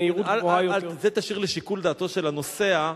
את זה תשאיר לשיקול דעתו של הנוסע.